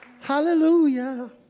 Hallelujah